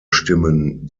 stimmen